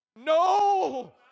No